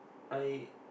I